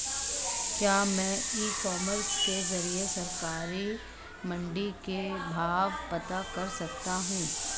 क्या मैं e commerce के ज़रिए सरकारी मंडी के भाव पता कर सकता हूँ?